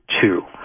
two